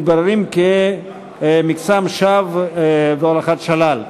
מתבררות כמקסם שווא והולכת שולל,